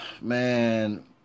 man